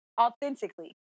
authentically